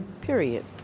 Period